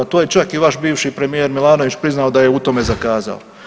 To je čak i vaš bivši premijer Milanović priznao da je u tome zakazao.